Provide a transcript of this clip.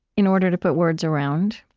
in order to put words around.